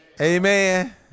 Amen